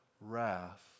wrath